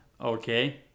Okay